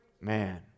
Man